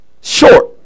short